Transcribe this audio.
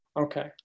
Okay